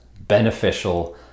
beneficial